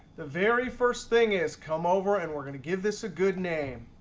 the very first thing is come over and we're going to give this a good name.